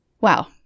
Wow